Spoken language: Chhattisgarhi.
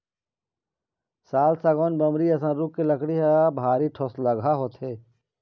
साल, सागौन, बमरी असन रूख के लकड़ी ह भारी ठोसलगहा होथे